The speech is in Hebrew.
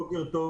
בוקר טוב.